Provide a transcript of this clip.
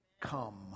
come